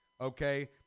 okay